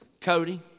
Cody